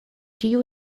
tiu